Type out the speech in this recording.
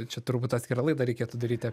čia turbūt atskirą laidą reikėtų daryti